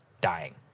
dying